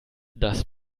das